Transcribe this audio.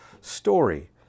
story